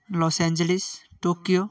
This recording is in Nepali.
loss Angeles Tokyo